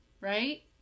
right